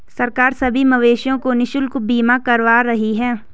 सरकार सभी मवेशियों का निशुल्क बीमा करवा रही है